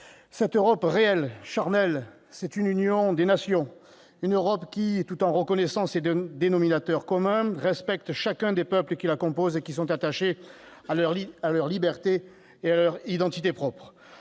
Cette Europe réelle, charnelle, c'est une union des nations, une Europe qui, tout en reconnaissant ses dénominateurs communs, respecte chacun des peuples qui la composent et sont attachés à leur liberté et leur identité propre.